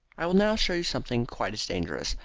i will now show you something quite as dangerous,